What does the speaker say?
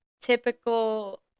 typical